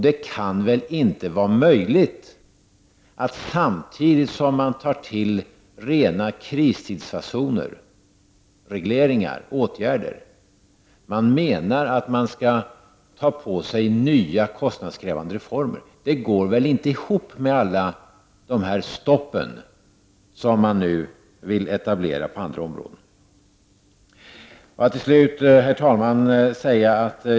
Det kan väl inte vara möjligt att man, samtidigt som man tar till rena kristidsfasoner — regleringar, åtgärder — menar att man skall ta på sig nya kostnadskrävande reformer? Det går väl inte ihop med alla de stopp man nu vill etablera på andra områden. Herr talman!